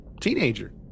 teenager